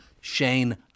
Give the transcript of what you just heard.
Shane